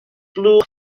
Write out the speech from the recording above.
blwch